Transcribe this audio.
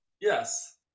Yes